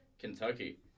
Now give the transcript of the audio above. Kentucky